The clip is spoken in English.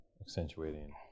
accentuating